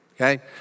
okay